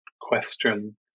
question